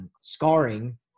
scarring